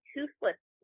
Toothless